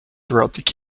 throughout